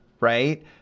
right